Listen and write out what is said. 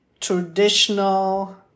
traditional